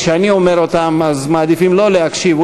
כשאני אומר אותם מעדיפים לא להקשיב,